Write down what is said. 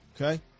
okay